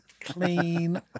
clean